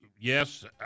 yes